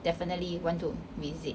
definitely want to visit